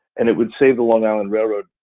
and it would save the long island railroad,